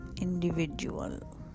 individual